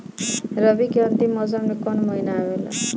रवी के अंतिम मौसम में कौन महीना आवेला?